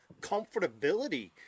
comfortability